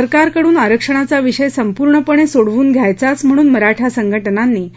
सरकारकडून आरक्षणाचा विषय संपूर्णपणे सोडवून घ्यायचाच म्हणून मराठा संघटनांनी